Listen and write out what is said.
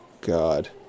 God